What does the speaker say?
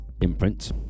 imprint